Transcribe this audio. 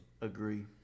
Agree